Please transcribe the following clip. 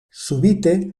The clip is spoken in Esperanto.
subite